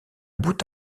bout